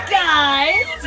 guys